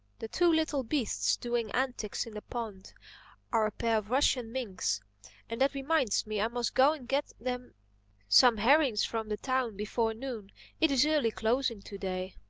the two little beasts doing antics in the pond are a pair of russian minks and that reminds me i must go and get them some herrings from the town before noon it is early-closing to-day.